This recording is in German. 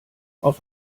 auf